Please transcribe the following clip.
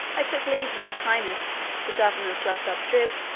i took leave of his highness, the governor of glubbdubdrib,